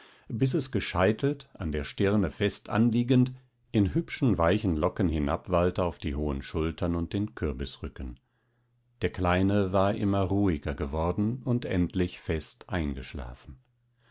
bis es gescheitelt an der stirne fest anliegend in hübschen weichen locken hinabwallte auf die hohen schultern und den kürbisrücken der kleine war immer ruhiger geworden und endlich fest eingeschlafen